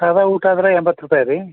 ಸಾದಾ ಊಟ ಆದರೆ ಎಂಬತ್ತು ರೂಪಾಯಿ ರೀ